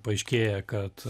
paaiškėja kad